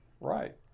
right